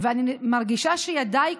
ואני מרגישה שידיי כבולות,